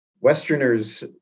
Westerners